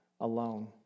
alone